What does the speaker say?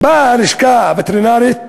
באו הלשכה הווטרינרית